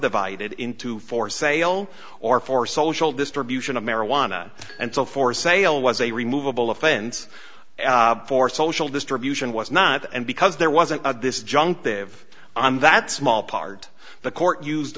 subdivided into for sale or for social distribution of marijuana and so for sale was a removeable offense for social distribution was not and because there wasn't this junk there of on that small part the court used